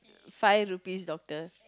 five rupees doctor